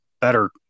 better